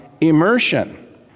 Immersion